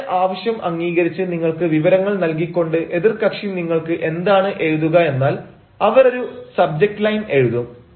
നിങ്ങളുടെ ആവശ്യം അംഗീകരിച്ച് നിങ്ങൾക്ക് വിവരങ്ങൾ നൽകി കൊണ്ട് എതിർകക്ഷി നിങ്ങൾക്ക് എന്താണ് എഴുതുക എന്നാൽ അവർ ഒരു സബ്ജക്റ്റ് ലൈൻ എഴുതും